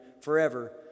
forever